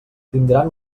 tindran